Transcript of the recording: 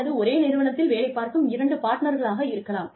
அல்லது ஒரே நிறுவனத்தில் வேலைப் பார்க்கும் இரண்டு பார்ட்னர்களாக இருக்கலாம்